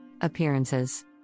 Appearances